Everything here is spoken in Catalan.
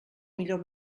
millor